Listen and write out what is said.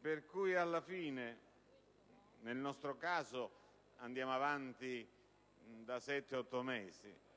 (nel nostro caso andiamo avanti da sette-otto mesi);